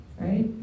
Right